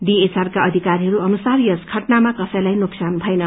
डीएचआरका अधिकारीहरू अनुसार यस घटनामा कसैलाई नोकसान भएन